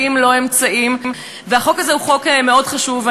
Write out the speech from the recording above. באמצעים-לא-אמצעים, והחוק הזה הוא חוק מאוד חשוב.